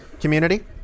community